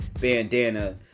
bandana